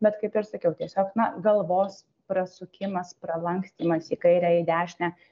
bet kaip ir sakiau tiesiog na galvos prasukimas pralankstymas į kairę į dešinę